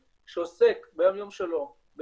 זה קצין נפגעי עבירה מחוזי שעוסק ביום יום שלו בכל